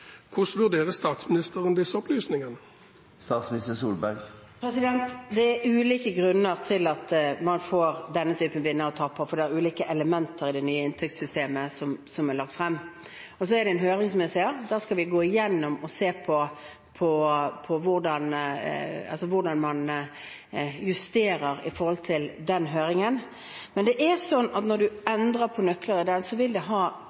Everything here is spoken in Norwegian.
Hvordan vurderer statsministeren disse opplysningene? Det er forskjellige grunner til at man får denne typen vinnere og tapere fordi det er ulike elementer i det nye inntektssystemet som er lagt frem. Så skal vi, som jeg sa, etter høringen gå gjennom og se på hvordan man justerer i forhold til det som fremkommer, men det er sånn at når man endrer på nøkler i dag, vil det